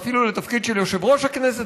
ואפילו לתפקיד של יושב-ראש הכנסת,